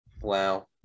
wow